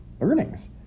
earnings